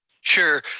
sure.